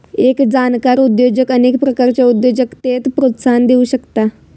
एक जाणकार उद्योजक अनेक प्रकारच्या उद्योजकतेक प्रोत्साहन देउ शकता